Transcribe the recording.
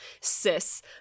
cis